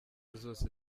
zose